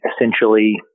essentially